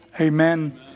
Amen